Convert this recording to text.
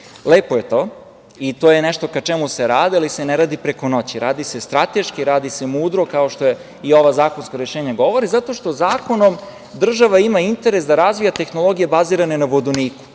Lepo je to i to je nešto ka čemu se radi, ali se ne radi preko noći, radi se strateški, radi se mudro, kao što i ova zakonska rešenja govore, zato što zakonom država ima interes da razvija tehnologije bazirane na vodoniku,